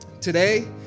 Today